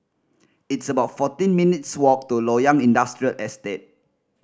it's about fourteen minutes' walk to Loyang Industrial Estate